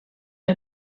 der